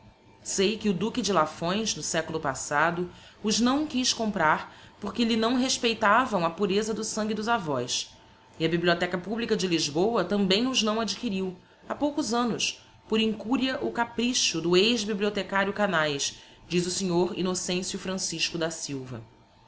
sei que o duque de lafões no seculo passado os não quiz comprar porque lhe não respeitavam a pureza do sangue dos avós e a bibliotheca publica de lisboa tambem os não adquiriu ha poucos annos por incuria ou capricho do ex bibliotecario canaes diz o snr innocencio francisco da silva